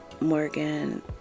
morgan